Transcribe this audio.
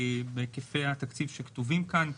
בהיקפי התקציב שכתובים כאן.